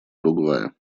уругвая